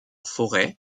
forêt